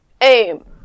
aim